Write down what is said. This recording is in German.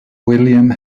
william